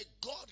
God